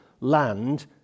land